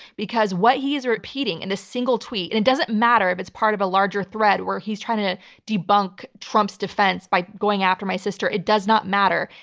because what he's repeating in and a single tweet, and it doesn't matter if it's part of a larger thread where he's trying to debunk trump's defense by going after my sister, it does not matter.